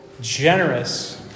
generous